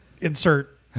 insert